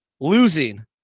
losing